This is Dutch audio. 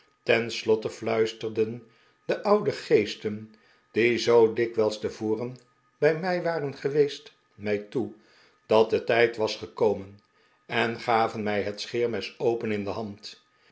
slotte fluisterden de oude geesten die zoo dikwijls tevoren bij mij waren geweest mij toe dat de tijd was gekomen en gaven mij het scheermes open in de hand